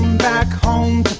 back home